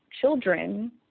children